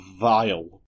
vile